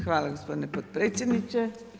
Hvala gospodine potpredsjedniče.